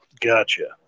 Gotcha